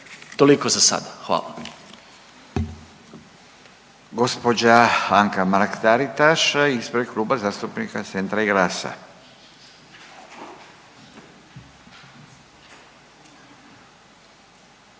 Toliko za sada, hvala.